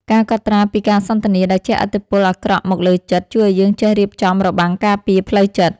ការកត់ត្រាពីការសន្ទនាដែលជះឥទ្ធិពលអាក្រក់មកលើចិត្ត ជួយឱ្យយើងចេះរៀបចំរបាំងការពារផ្លូវចិត្ត។